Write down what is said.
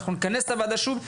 אנחנו נכנס את הוועדה שוב.